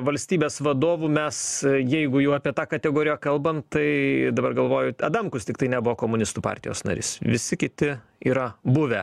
valstybės vadovų mes jeigu jau apie tą kategoriją kalbant tai dabar galvoju adamkus tiktai nebuvo komunistų partijos narys visi kiti yra buvę